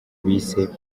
bise